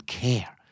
care